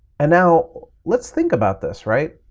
and now let's think about this, right?